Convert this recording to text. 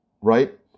right